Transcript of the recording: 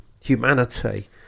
humanity